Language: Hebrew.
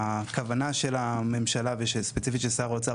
הכוונה של הממשלה וספציפית של שר האוצר